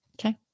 Okay